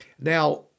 Now